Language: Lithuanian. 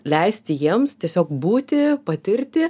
leisti jiems tiesiog būti patirti